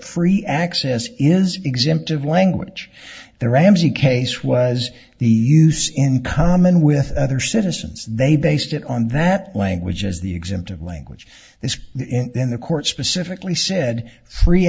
free access is exempt of language the ramsey case was the use in common with other citizens they based it on that language as the exempt of language is in the it specifically said free